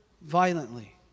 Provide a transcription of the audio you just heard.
violently